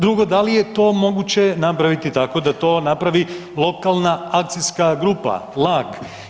Drugo da li je to moguće napraviti tako da to napravi lokalna akcijska grupa LAG?